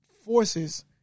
forces